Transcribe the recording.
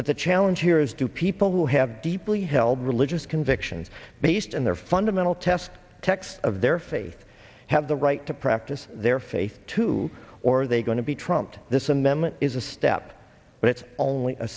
but the challenge here is to people who have deeply held religious convictions based in their fundamental test text of their faith have the right to practice their faith to or they going to be trumped this amendment is a step but it's only a